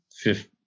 fifth